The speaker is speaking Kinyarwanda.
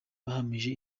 bahamije